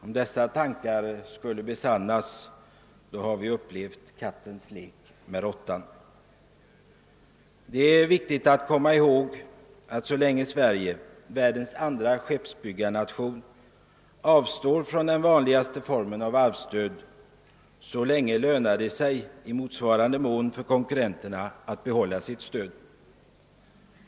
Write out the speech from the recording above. Om dessa tankar skulle besannas, då har vi upplevt kattens lek med råttan. Det är viktigt att komma ihåg att så länge Sverige — världens andra skeppsbyggarnation — avstår från den vanliga formen av varvsstöd, så länge lönar det sig i motsvarande mån för konkurrenterna att behålla sitt stöd.